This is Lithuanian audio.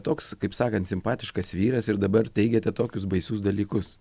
toks kaip sakant simpatiškas vyras ir dabar teigiate tokius baisius dalykus